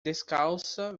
descalça